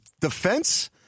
defense